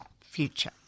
future